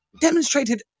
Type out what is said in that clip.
demonstrated